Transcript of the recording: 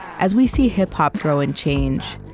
as we see hip-hop grow and change,